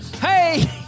Hey